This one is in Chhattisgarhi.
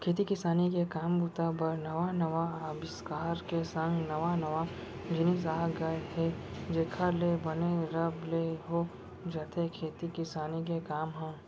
खेती किसानी के काम बूता बर नवा नवा अबिस्कार के संग नवा नवा जिनिस आ गय हे जेखर ले बने रब ले हो जाथे खेती किसानी के काम ह